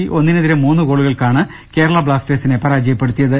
C ഒന്നിനെതിരെ മൂന്ന് ഗോളുകൾക്കാണ് കേരള ബ്ലാസ്റ്റേഴ്സിനെ പരാജയപ്പെടുത്തിയത്